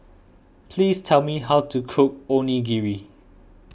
please tell me how to cook Onigiri